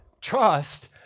Trust